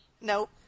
Nope